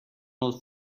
old